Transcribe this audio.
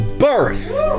birth